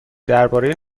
درباره